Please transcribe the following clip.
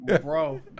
Bro